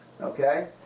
okay